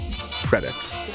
credits